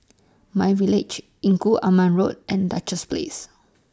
MyVillage Engku Aman Road and Duchess Place